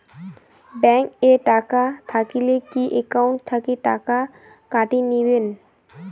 Bank এ টাকা থাকিলে কি একাউন্ট থাকি টাকা কাটি নিবেন?